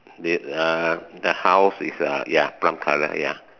the uh the house is uh ya brown colour ya